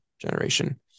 generation